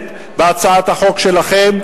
המתוכננת בהצעת החוק שלכם,